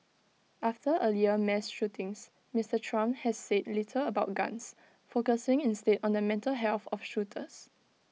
after earlier mass shootings Mister Trump has said little about guns focusing instead on the mental health of shooters